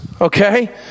okay